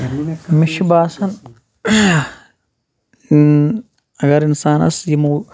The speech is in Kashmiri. مےٚ چھُ باسان اَگر اِنسانَس یِمو